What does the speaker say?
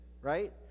right